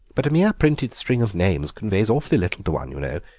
but a mere printed string of names conveys awfully little to one, you know.